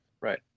Right